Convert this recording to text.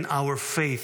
and our faith.